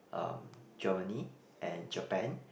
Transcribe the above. um Germany and Japan